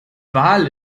wal